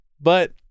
But-